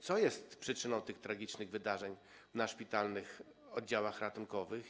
Co jest przyczyną tych tragicznych wydarzeń w szpitalnych oddziałach ratunkowych?